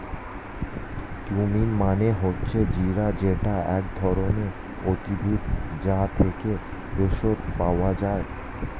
cumin মানে হচ্ছে জিরা যেটা এক ধরণের উদ্ভিদ, যা থেকে ভেষজ পাওয়া যায়